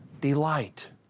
delight